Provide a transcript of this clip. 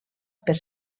per